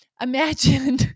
Imagine